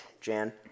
Jan